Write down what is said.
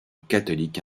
catholique